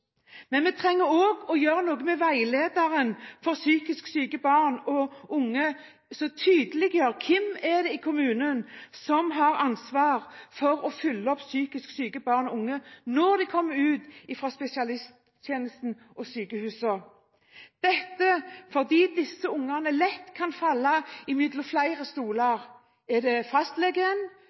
men vi trenger også å gjøre noe med veilederen for psykisk syke barn og unge for å tydeliggjøre hvem i kommunen som har ansvar for å følge opp psykisk syke barn og unge når de kommer ut fra spesialisthelsetjenesten og sykehusene, dette fordi disse ungene lett kan falle mellom flere stoler. Er det fastlegen,